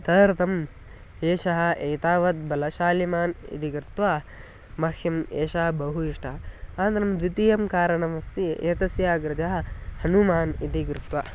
तदर्थम् एषः एतावत् बलशालिमान् इति कृत्वा मह्यम् एषः बहु इष्टः अनन्तरं द्वितीयं कारणमस्ति एतस्याग्रजः हनुमान् इति कृत्वा